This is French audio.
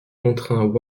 contraint